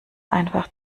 einfach